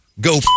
go